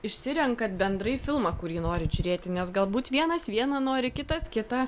išsirenkat bendrai filmą kurį norit žiūrėti nes galbūt vienas vieną nori kitas kitą